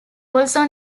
also